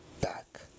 back